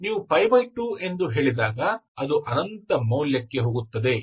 ನೀವು π2 ಎಂದು ಹೇಳಿದಾಗ ಅದು ಅನಂತ ಮೌಲ್ಯಕ್ಕೆ ಹೋಗುತ್ತದೆ